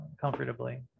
comfortably